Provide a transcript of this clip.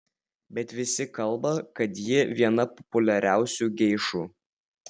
bet visi kalba kad ji viena populiariausių geišų